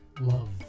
love